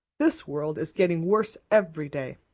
this world is getting worse every day.